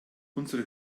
unsere